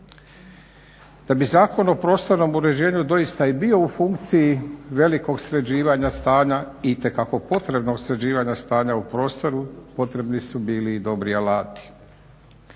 Da bi Zakon o prostornom uređenju doista i bio u funkciji velikog sređivanja stanja itekako potrebnog sređivanja stanja u prostoru potrebni su bili i dobri alati.